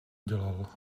udělal